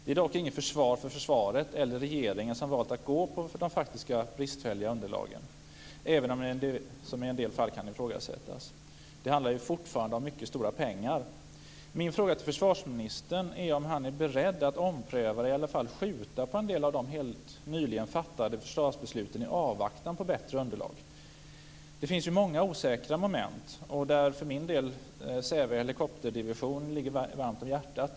Det är dock inget försvar för Försvaret eller regeringen, som valt att gå på de bristfälliga underlagen, trots att de i en del fall kan ifrågasättas. Det handlar fortfarande om mycket stora summor. Min fråga till försvarsministern är om han är beredd att ompröva eller i alla fall skjuta på en del av de helt nyligen fattade försvarsbesluten i avvaktan på bättre underlag. Det finns många osäkra moment. Säve Helikopterdivision ligger mig varmt om hjärtat.